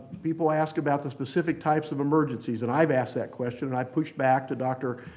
people ask about the specific types of emergencies, and i've asked that question and i pushed back to dr.